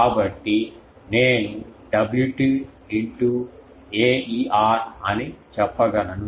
కాబట్టి నేను Wt Aer అని చెప్పగలను